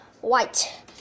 white